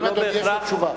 בטוח שהוא צודק.